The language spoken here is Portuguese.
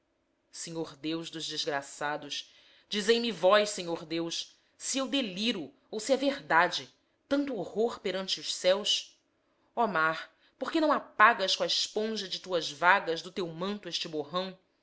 senhor deus dos desgraçados dizei-me vós senhor deus se eu deliro ou se é verdade tanto horror perante os céus ó mar por que não apagas co'a esponja de tuas vagas do teu manto este borrão